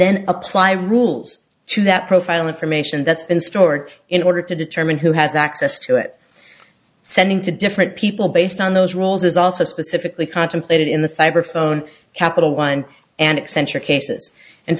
then apply rules to that profile information that's been stored in order to determine who has access to it sending to different people based on those rules is also specifically contemplated in the cyber phone capital one and accenture cases and